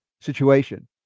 situation